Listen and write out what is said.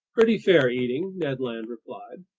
pretty fair eating, ned land replied.